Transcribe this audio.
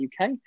UK